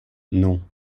non